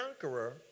conqueror